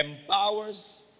empowers